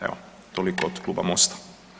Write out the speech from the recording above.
Evo, toliko od kluba Mosta.